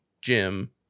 Jim